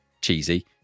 cheesy